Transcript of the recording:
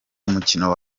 umukino